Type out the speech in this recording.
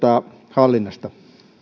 hallinnasta